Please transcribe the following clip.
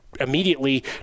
immediately